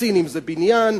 סינים זה בניין,